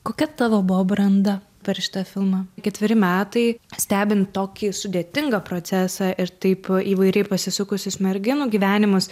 kokia tavo buvo branda per šitą filmą ketveri metai stebint tokį sudėtingą procesą ir taip įvairiai pasisukusius merginų gyvenimus